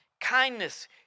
kindness